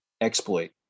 exploit